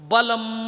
Balam